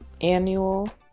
annual